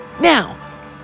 Now